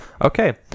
okay